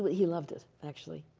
he loved it, actually.